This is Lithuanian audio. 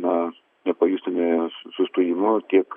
na nepajustume sustojimo tiek